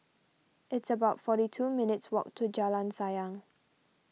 it's about forty two minutes' walk to Jalan Sayang